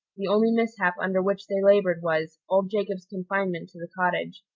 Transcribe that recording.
the only mishap under which they labored was, old jacob's confinement to the cottage,